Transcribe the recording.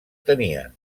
tenien